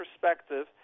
perspective